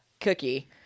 cookie